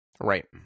Right